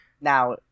now